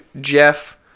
Jeff